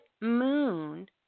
moon